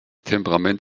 temperament